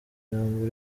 ijambo